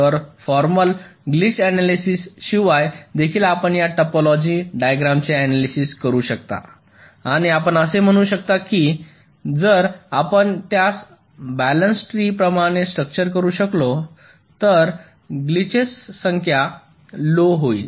तर formal glitch analysis शिवाय देखील आपण या टोपोलॉजी डायग्रॅम चे अनालिसिस करू शकता आणि आपण असे म्हणू शकता की जर आपण त्यास बॅलन्सड ट्री प्रमाणे स्ट्रक्चर करू शकलो तर ग्लिचस संख्या लो होईल